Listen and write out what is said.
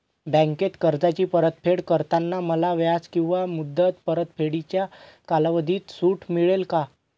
बँकेत कर्जाची परतफेड करताना मला व्याज किंवा मुद्दल परतफेडीच्या कालावधीत सूट मिळेल का?